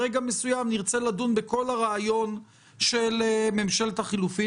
ברגע מסוים אנחנו נרצה לדון בכל הרעיון של ממשלת החילופים.